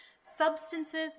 substances